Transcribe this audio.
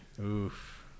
Oof